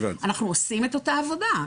אנחנו עושים את אותה עבודה.